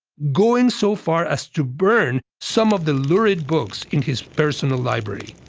going so far as to burn some of the lurid books in his personal library.